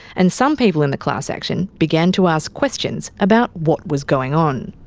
and some people in the class action began to ask questions about what was going on,